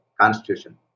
constitution